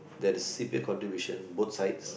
that the C_P_F contributions both side